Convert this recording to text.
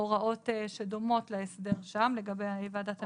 הוראות שדומות להסדר שם לגבי ועדת המשמעת.